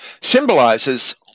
symbolizes